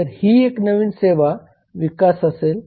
तर ही एक नवीन सेवा विकास असेल